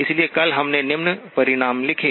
इसलिए कल हमने निम्न परिणाम लिखे